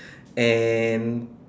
and